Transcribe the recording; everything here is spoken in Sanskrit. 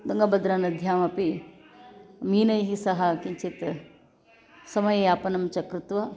तुङ्गभद्रानद्यामपि मीनैः सह किञ्चित् समययापनं च कृत्वा